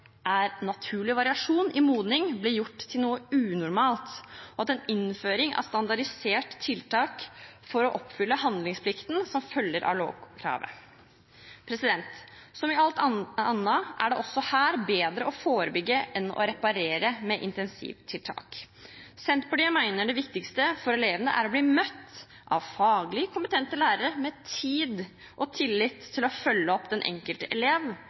er naturlig variasjon i modning, blir gjort til noe unormalt, og at en innfører standardiserte tiltak for å oppfylle handlingsplikten som følger av lovkravet. Som i alt annet er det også her bedre å forebygge enn å reparere med intensivtiltak. Senterpartiet mener det viktigste for elevene er å bli møtt med tillit av faglig kompetente lærere med tid til å følge opp den enkelte elev